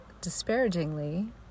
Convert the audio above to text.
disparagingly